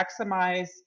maximize